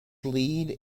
lead